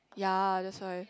ya that's why